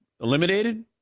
eliminated